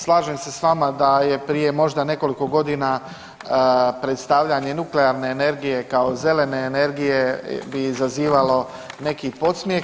Slažem se s vama da je prije možda nekoliko godina predstavljanje nuklearne energije kao zelene energije bi izazivalo neki podsmijeh.